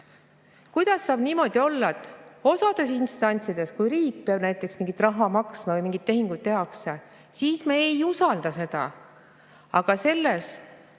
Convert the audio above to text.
Kuidas saab niimoodi olla, et osas instantsides, kui riik peab näiteks mingit raha maksma või mingeid tehinguid tehakse, me ei usalda [ID-kaarti], aga selles